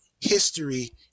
history